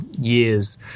years